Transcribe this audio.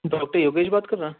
doctor Yogesh بات کر رہے